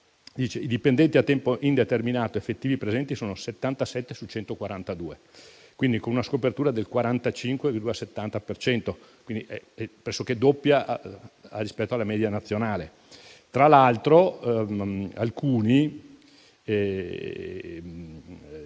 i dipendenti a tempo indeterminato effettivi presenti sono 77 su 142, quindi con una scopertura del 45,7 per cento, pressoché doppia rispetto alla media nazionale. Tra l'altro, alcuni